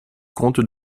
comte